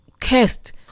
cursed